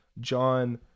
John